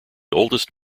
oldest